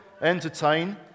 entertain